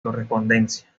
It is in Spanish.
correspondencia